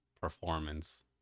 performance